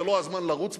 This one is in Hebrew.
זה לא הזמן לרוץ בחיפזון,